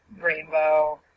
Rainbow